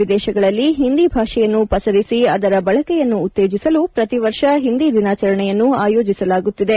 ವಿದೇಶಗಳಲ್ಲಿ ಹಿಂದಿ ಭಾಷೆಯನ್ನು ಪಸರಿಸಿ ಅದರ ಬಳಕೆಯನ್ನು ಉತ್ತೇಜಿಸಲು ಪ್ರತಿವರ್ಷ ಒಂದಿ ದಿನಾಚರಣೆಯನ್ನು ಆಯೋಜಸಲಾಗುತ್ತಿದೆ